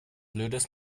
blödes